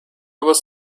was